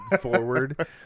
forward